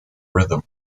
rhythm